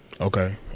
okay